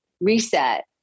reset